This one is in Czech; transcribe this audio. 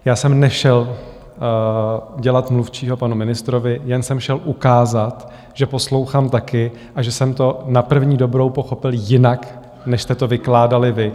Já jsem nešel dělat mluvčího panu ministrovi, jen jsem šel ukázat, že poslouchám taky a že jsem to na první dobrou pochopil jinak, než jste to vykládali vy.